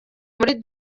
muri